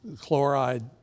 chloride